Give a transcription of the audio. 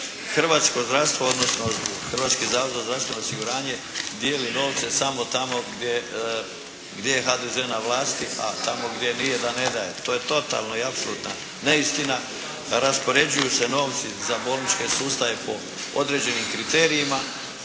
Hrvatsko zdravstvo, odnosno Hrvatski zavod za zdravstveno osiguranje dijeli novce samo tamo gdje je HDZ na vlasti, a tamo gdje nije da ne daje. To je totalna i apsolutna neistina, raspoređuju se novci za bolničke sustave po određenim kriterijima